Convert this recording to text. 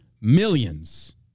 millions